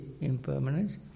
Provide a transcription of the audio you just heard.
impermanence